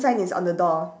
sign is on the door